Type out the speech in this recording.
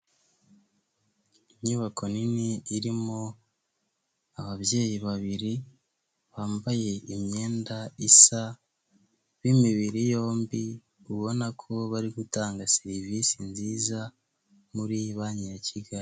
Ibiti byiza bizana akayaga ndetse n'amahumbezi akazura abantu bicaramo bategereje imodoka ndetse n'imodoka y'ivaturi, umumotari ndetse n'indi modoka ibari imbere itwara imizigo.